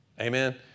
Amen